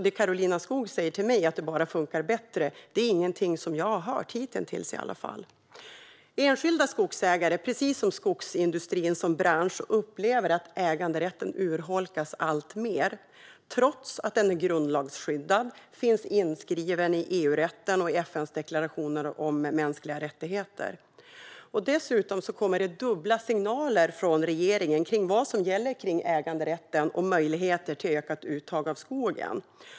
Det Karolina Skog säger till mig, att det bara funkar bättre, är alltså inget jag har hört hittills. Enskilda skogsägare upplever, precis som skogsindustrin som bransch, att äganderätten urholkas alltmer, trots att den är grundlagsskyddad och finns inskriven i EU-rätten och FN:s deklaration om mänskliga rättigheter. Dessutom kommer dubbla signaler från regeringen om vad som gäller kring äganderätten och möjligheten till ökat uttag av skog.